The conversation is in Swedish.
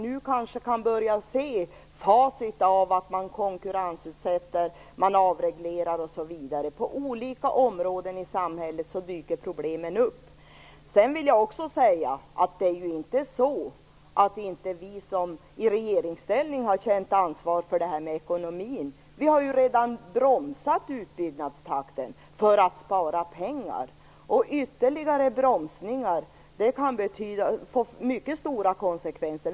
Nu börjar vi ju få facit av att man konkurrensutsätter, avreglerar osv. På olika områden i samhället dyker problemen upp. Det är inte heller så att vi i regeringsställning inte har känt ansvar för ekonomin. Vi har ju redan bromsat utbyggnadstakten för att spara pengar. Ytterligare bromsningar kan få mycket stora konsekvenser.